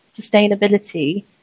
sustainability